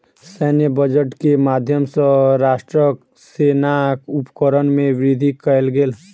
सैन्य बजट के माध्यम सॅ राष्ट्रक सेनाक उपकरण में वृद्धि कयल गेल